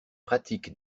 pratique